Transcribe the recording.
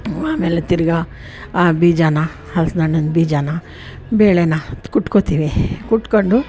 ಆಮೇಲೆ ತಿರ್ಗಾ ಆ ಬೀಜಾನ ಹಲ್ಸಿನಣ್ಣಿನ ಬೀಜಾನ ಬೇಳೆ ಕುಟ್ಕೊತೀವಿ ಕುಟ್ಕೊಂಡು